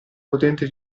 potente